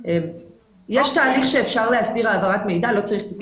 יש תהליך שאפשר להסדיר תיקון חקיקה.